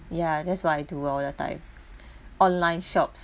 ya that's what I do all the time online shops